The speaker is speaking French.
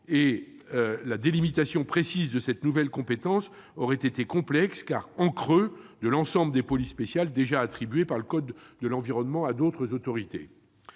et la délimitation précise de cette nouvelle compétence aurait été complexe, car « en creux » par rapport à l'ensemble des polices spéciales déjà attribuées, par le code de l'environnement, à d'autres autorités.